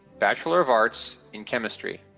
bachelor of arts in chemistry.